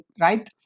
right